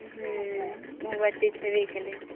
हूँ ओ बात तऽ छेबे करे